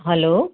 hello